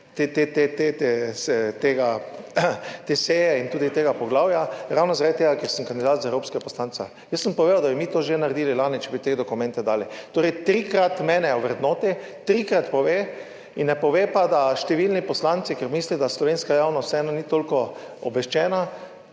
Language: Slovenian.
te seje in tudi tega poglavja ravno zaradi tega, ker sem kandidat za evropskega poslanca. Jaz sem povedal, da bi mi to že naredili lani, če bi te dokumente dali. Torej, trikrat mene ovrednoti, trikrat pove in ne pove pa, da številni poslanci, ker misli, da slovenska javnost vseeno ni toliko obveščena,